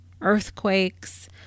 earthquakes